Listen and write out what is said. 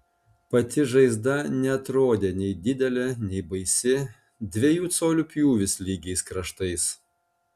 pati žaizda neatrodė nei didelė nei baisi dviejų colių pjūvis lygiais kraštais